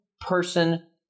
person